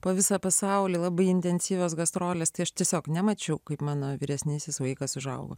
po visą pasaulį labai intensyvios gastrolės tai aš tiesiog nemačiau kaip mano vyresnysis vaikas užaugo